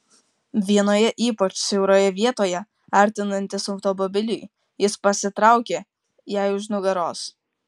vienoje ypač siauroje vietoje artinantis automobiliui jis pasitraukė jai už nugaros